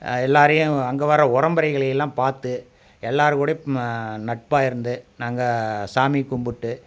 எல்லோரையும் அங்கே வர உறம்பறைகளையெல்லாம் பார்த்து எல்லோர் கூடையும் நட்பாக இருந்து நாங்கள் சாமி கும்பிட்டு